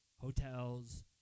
hotels